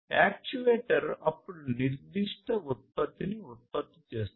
actuator అప్పుడు నిర్దిష్ట ఉత్పత్తిని ఉత్పత్తి చేస్తుంది